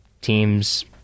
teams